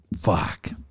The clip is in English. Fuck